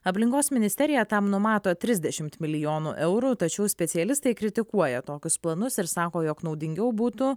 aplinkos ministerija tam numato trisdešimt milijonų eurų tačiau specialistai kritikuoja tokius planus ir sako jog naudingiau būtų